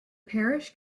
parish